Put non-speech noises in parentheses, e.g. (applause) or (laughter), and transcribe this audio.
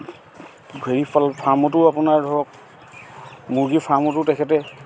(unintelligible) ফাৰ্মতো আপোনাৰ ধৰক মুৰ্গী ফাৰ্মতো তেখেতে